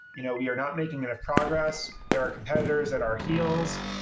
you know we are not making enough progress. there are competitors at our heels.